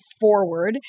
forward